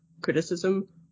criticism